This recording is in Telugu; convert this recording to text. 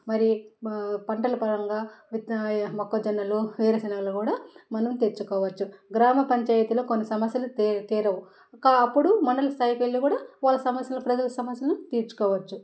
మరియు పంటల పరంగా విత్తనా మొక్కజొన్నలు వేరుశనగలు కూడా మనం తెచ్చుకోవచ్చు గ్రామపంచాయతీలో కొన్ని సమస్యలు తే తీరవు కా అప్పుడు మనం సైడ్ వెళ్లికూడా వాళ్ల సమస్యను ప్రజల సమస్యను కూడా తీర్చువచ్చు